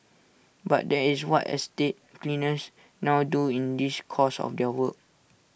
but that is what estate cleaners now do in this course of their work